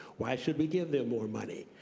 why should we give them more money?